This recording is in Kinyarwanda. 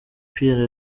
pierre